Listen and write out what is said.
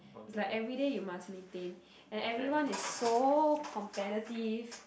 is like everyday you must maintain and everyone is so competitive